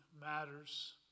matters